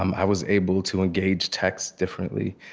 um i was able to engage texts differently.